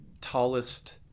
tallest